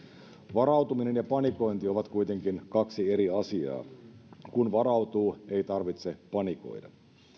varautuminen ja panikointi ovat kuitenkin kaksi eri asiaa kun varautuu ei tarvitse panikoida